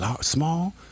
small